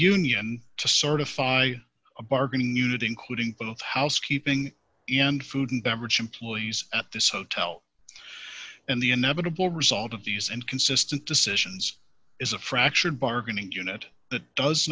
union to certify a bargaining unit including both housekeeping and food and beverage employees at this hotel and the inevitable result of these and consistent decisions is a fractured bargaining unit that does